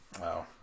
Wow